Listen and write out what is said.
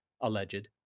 alleged